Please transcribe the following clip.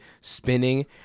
spinning